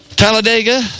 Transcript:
Talladega